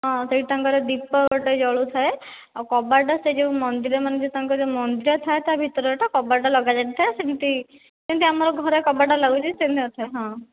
ହଁ ସେଠି ତାଙ୍କର ଦୀପ ଜଳୁଥାଏ ଆଉ କବାଟ ସେ ଯେଉଁ ତାଙ୍କର ମନ୍ଦିର ମନ୍ଦିର ଥାଏ ତା ଭିତରଟା ସେଠାରେ କବାଟ ଲଗାଯାଇନଥାଏ ସେମିତି ଯେମିତି ଆମର ଘରେ କବାଟ ଲାଗୁଛି ସେମିତି ନଥାଏ ହଁ